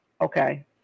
okay